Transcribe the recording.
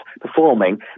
performing